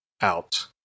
out